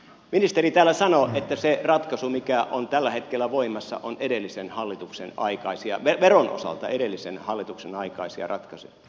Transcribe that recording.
ministeri täällä sanoi että se ratkaisu mikä on tällä hetkellä voimassa on veron osalta edellisen hallituksen aikaisia ratkaisuja